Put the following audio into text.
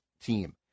team